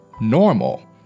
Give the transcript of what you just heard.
normal